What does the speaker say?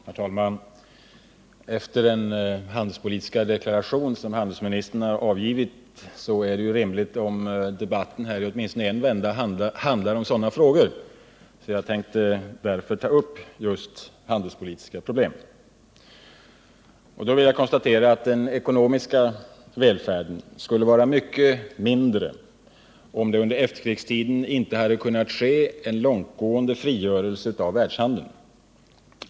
Herr talman! Efter den handelspolitiska deklaration som handelsministern avgivit är det rimligt att debatten åtminstone i en vända handlar om sådana frågor, och jag tänkte ta upp just några handelspolitiska problem. Den ekonomiska välfärden skulle vara mycket mindre om det under efterkrigstiden inte kunnat ske en långtgående frigörelse av världshandeln.